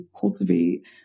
cultivate